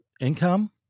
income